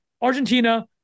Argentina